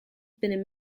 been